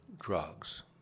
drugs